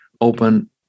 open